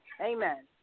Amen